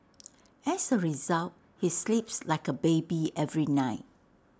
as A result he sleeps like A baby every night